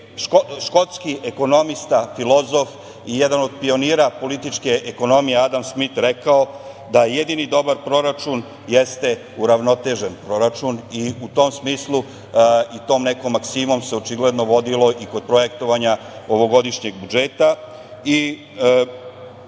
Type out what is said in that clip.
škotski ekonomista filozof i jedan od pionira političke ekonomije Adam Smit rekao da jedini dobar proračun jeste uravnotežen proračun. U tom smislu i tom nekom maksimom se očigledno vodilo i kod projektovanja ovogodišnjeg budžeta.